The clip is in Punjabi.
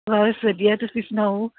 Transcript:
ਬਸ ਵਧੀਆ ਤੁਸੀਂ ਸੁਣਾਓ